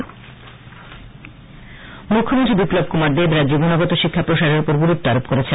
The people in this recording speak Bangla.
বীর বিক্রম মুখ্যমন্ত্রী বিপ্লব কুমার দেব রাজ্যে গুণগত শিক্ষা প্রসারের উপর গুরুত্ব আরোপ করেছেন